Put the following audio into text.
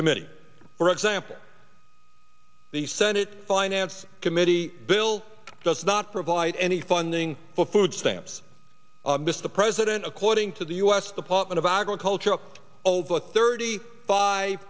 committee for example the senate finance committee bill does not provide any funding for food stamps mr president according to the u s department of agriculture over thirty five